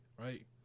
right